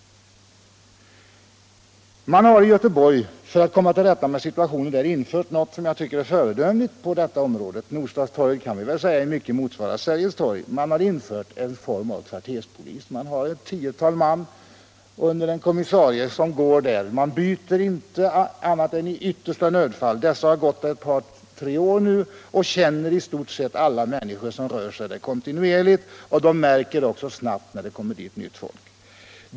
: Man har i Göteborg för att komma till rätta med situationen infört något som jag tycker är föredömligt på detta område — Nordstadstorget kan väl sägas i mycket motsvara Sergels torg - nämligen en form av kvarterspolis. Ett tiotal man under en kommissarie går där, och de byts inte ut annat än i yttersta nödfall. De har gått där ett par tre år nu och känner i stort sett alla människor som rör sig där kontinuerligt. De märker också snabbt om det kommer dit nytt folk.